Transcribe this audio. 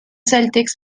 celtics